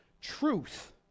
truth